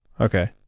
Okay